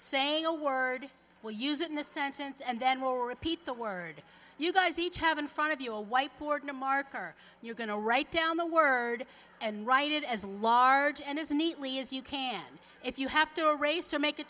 saying a word we'll use it in a sentence and then we'll repeat the word you guys each have in front of you a white board in a marker you're going to write down the word and write it as large and as neatly as you can if you have to race or make a